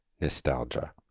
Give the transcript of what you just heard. nostalgia